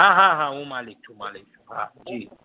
હા હા હા હુ માલિક છું માલિક છું હા જી